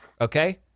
okay